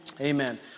Amen